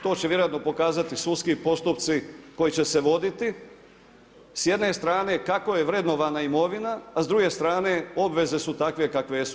To će vjerojatno pokazati sudski postupci koji će se voditi s jedne strane kako je vrednovana imovina, a s druge strane obveze su takve kakve jesu.